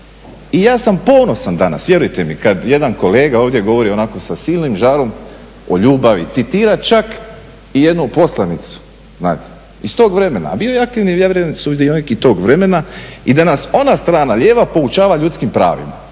I ja sam ponosan danas, vjerujte mi kada jedan kolega ovdje govori onako sa silnim žarom o ljubavi, citira čak i jednu poslanicu iz tog vremena a bio je aktivni …/Govornik se ne razumije./… sudionik i tog vremena i da nas ona strana lijeva poučava ljudskim pravima,